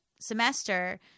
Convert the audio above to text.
semester